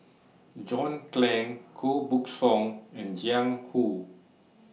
John Clang Koh Buck Song and Jiang Hu